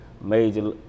major